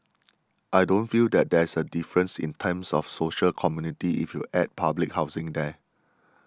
I don't feel that there's a difference in terms of social community if you add public housing there